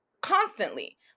constantly